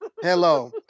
Hello